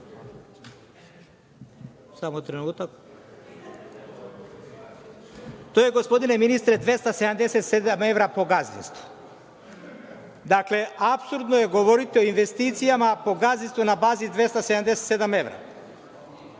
samo trenutak. To je, gospodine ministre, 277 evra po gazdinstvu. Dakle, apsurdno je govoriti o investicijama, a po gazdinstvu je na bazi 277 evra.